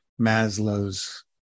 Maslow's